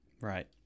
Right